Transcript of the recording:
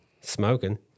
smoking